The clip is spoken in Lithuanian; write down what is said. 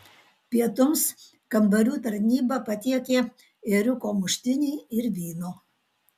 pietums kambarių tarnyba patiekė ėriuko muštinį ir vyno